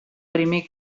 primer